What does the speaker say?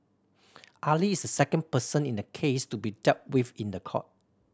Ali is the second person in the case to be dealt with in the court